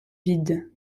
vide